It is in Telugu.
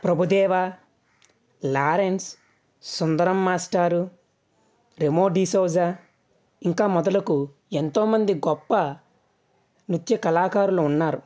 ప్రభుదేవా లారెన్స్ సుందరం మాస్టారు రెమోడిషోజా ఇంకా మొదలగు ఎంతో మంది గొప్ప నృత్య కళాకారులు ఉన్నారు